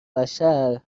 بشر